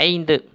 ஐந்து